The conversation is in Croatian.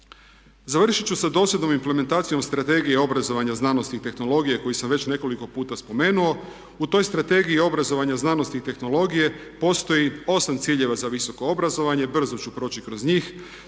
Završiti ću sa dosljednom implementacijom Strategije obrazovanja, znanosti i tehnologije koju sam već nekoliko puta spomenuo. U toj Strategiji obrazovanja, znanosti i tehnologije postoji 8 ciljeva za visoko obrazovanje, brzo ću proći kroz njih.